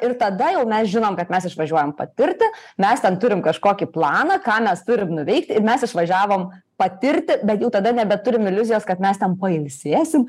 ir tada jau mes žinom kad mes išvažiuojam patirti mes ten turim kažkokį planą ką mes turim nuveikti ir mes išvažiavom patirti bet jau tada nebeturim iliuzijos kad mes ten pailsėsim